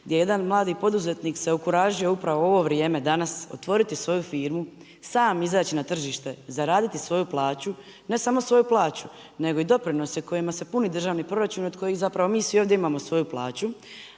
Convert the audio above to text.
gdje jedan mladi poduzetnik se okuražio upravo u ovo vrijeme danas, otvoriti svoju firmu, sam izaći na tržište, zaraditi svoju plaću, ne samo svoju plaću, nego i doprinose kojima se puni državni proračun i od kojih zapravo mi svi ovdje imamo svoju plaću.